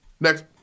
next